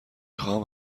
خواهم